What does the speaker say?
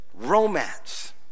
Romance